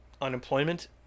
unemployment